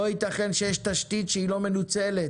לא יתכן שיש תשתית שהיא לא מנוצלת